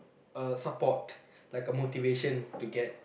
a support like a motivation to get